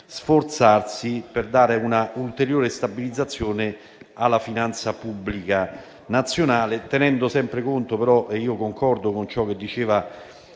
sforzarsi di dare un'ulteriore stabilizzazione alla finanza pubblica nazionale, tenendo sempre conto (e concordo con ciò che diceva